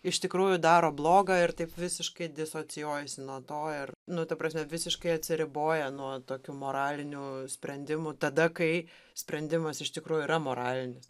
iš tikrųjų daro bloga ir taip visiškai disocijuojasi nuo to ir nu ta prasme visiškai atsiriboja nuo tokių moralinių sprendimų tada kai sprendimas iš tikrųjų yra moralinis